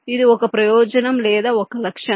ఇది ఒక ప్రయోజనం లేదా ఒక లక్షణం